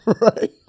Right